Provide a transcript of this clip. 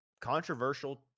controversial